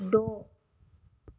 द'